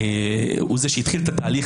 הוא זה שהתחיל את התהליך,